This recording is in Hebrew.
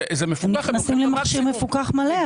הם נכנסים למשהו מפוקח מלא.